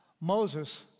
Moses